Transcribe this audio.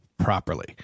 Properly